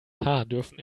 dürfen